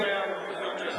רק